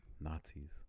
Nazis